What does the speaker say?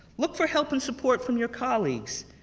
look for help and support from your colleagues,